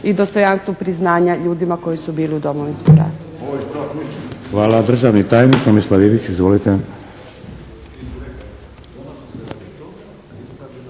i dostojanstvo priznanja ljudima koji su bili u Domovinskom ratu.